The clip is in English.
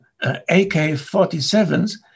AK-47s